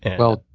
and well,